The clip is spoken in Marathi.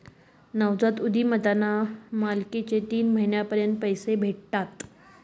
नवजात उधिमताना मालकले तीन महिना पर्यंत पैसा भेटस